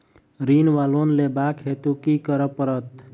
ऋण वा लोन लेबाक हेतु की करऽ पड़त?